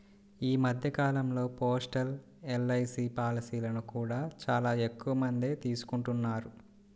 ఈ మధ్య కాలంలో పోస్టల్ ఎల్.ఐ.సీ పాలసీలను కూడా చాలా ఎక్కువమందే తీసుకుంటున్నారు